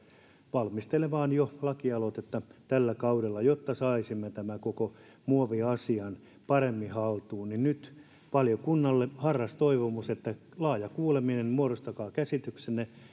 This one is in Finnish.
valmistelemaan lakialoitetta jo tällä kaudella jotta saisimme tämän koko muoviasian paremmin haltuun niin nyt valiokunnalle harras toivomus laaja kuuleminen muodostakaa käsityksenne